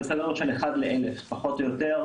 זה סדר גודל של 1:1,000 פחות או יותר.